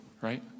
right